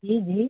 जी जी